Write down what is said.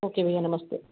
okay भैया नमस्ते